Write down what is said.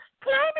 climate